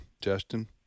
Justin